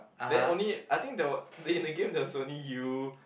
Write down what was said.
then only I think there were in the game there was only you